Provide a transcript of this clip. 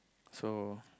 so